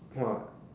!wah!